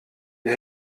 ihr